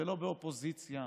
ולא באופוזיציה